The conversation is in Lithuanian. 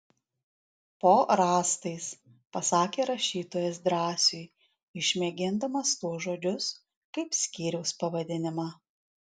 po rąstais pasakė rašytojas drąsiui išmėgindamas tuos žodžius kaip skyriaus pavadinimą